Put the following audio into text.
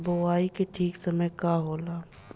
बुआई के ठीक समय का होला?